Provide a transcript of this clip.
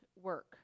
work